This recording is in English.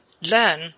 learn